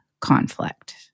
conflict